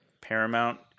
Paramount